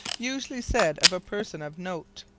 usually said of a person of note.